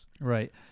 Right